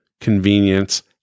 convenience